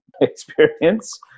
experience